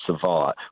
survive